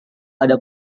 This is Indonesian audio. ada